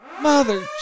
Mother